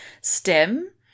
STEM